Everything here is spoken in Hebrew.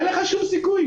אין לך כל סיכוי.